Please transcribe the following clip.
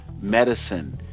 medicine